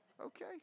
Okay